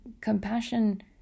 compassion